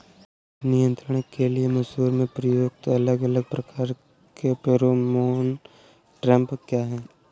कीट नियंत्रण के लिए मसूर में प्रयुक्त अलग अलग प्रकार के फेरोमोन ट्रैप क्या है?